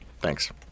Thanks